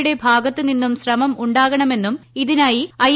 യുടെ ഭാഗത്തു നിന്നും ശ്രമം ഉണ്ടാകണമെന്നും ഇതിനായി ഐ